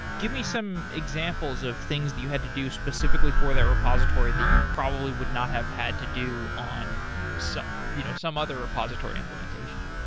give me some examples of things that you had to do specifically for that repository that you probably would not have had to do on some you know some other repository implementation?